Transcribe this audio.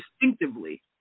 Distinctively